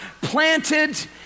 Planted